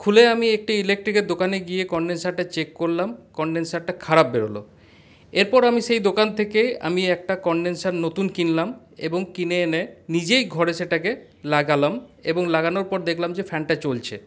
খুলে আমি একটি ইলেকট্রিকের দোকানে গিয়ে কনডেনসারটা চেক করলাম কনডেনসারটা খারাপ বেরোলো এরপর আমি সেই দোকান থেকে আমি একটা কনডেনসার নতুন কিনলাম এবং কিনে এনে নিজেই ঘরে সেটাকে লাগালাম এবং লাগানোর পর দেখলাম যে ফ্যানটা চলছে